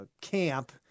camp